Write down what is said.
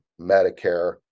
Medicare